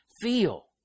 feel